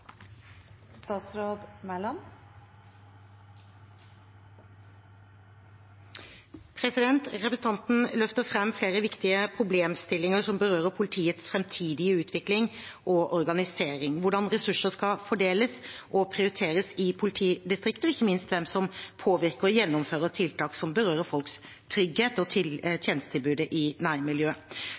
Representanten løfter fram flere viktige problemstillinger som berører politiets framtidige utvikling og organisering, hvordan ressurser skal fordeles og prioriteres i politidistriktet, og ikke minst hvem som påvirker og gjennomfører tiltak som berører folks trygghet og tjenestetilbudet i nærmiljøet.